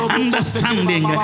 understanding